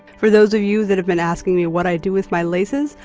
for those of you that have been asking me what i do with my laces,